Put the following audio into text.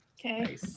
Okay